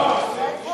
לא ייתנו לקרוא.